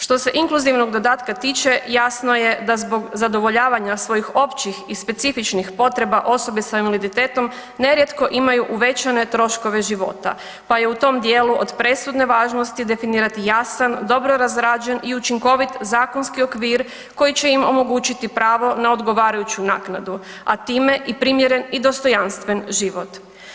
Što se inkluzivnog dodatka tiče, jasno je da zbog zadovoljavanja svojih općih i specifičnih potreba, osobe sa invaliditetom nerijetko imaju uvećane troškove života pa je u tom djelu od presudne važnosti definirati jasan, dobro razrađen i učinkovit zakonski okvir koji će im omogućiti pravo na odgovarajuću naknadu a time i primjeren i dostojanstven život.